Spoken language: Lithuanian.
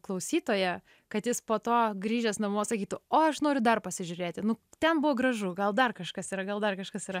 klausytoją kad jis po to grįžęs namo sakytų o aš noriu dar pasižiūrėti nu ten buvo gražu gal dar kažkas yra gal dar kažkas yra